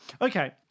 Okay